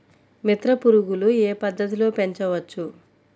మిత్ర పురుగులు ఏ పద్దతిలో పెంచవచ్చు?